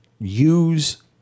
Use